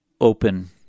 open